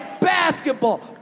Basketball